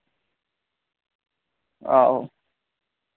आहो